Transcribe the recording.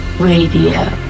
Radio